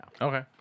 Okay